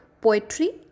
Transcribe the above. poetry